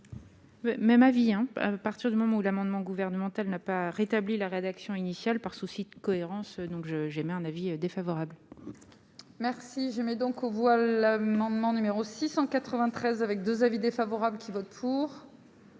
Même avis à partir du moment où l'amendement gouvernemental n'a pas rétabli la rédaction initiale par souci de cohérence, donc je j'émets un avis défavorable. Merci, je mets donc aux voix l'amendement numéro 693 avec 2 avis défavorables qui vote pour.